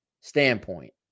standpoint